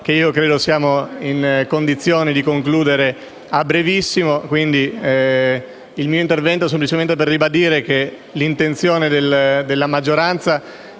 che io credo siamo in condizioni di concludere a brevissimo. Quindi il mio intervento è semplicemente per ribadire la mia speranza che l'intenzione della maggioranza